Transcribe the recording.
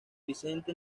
vicente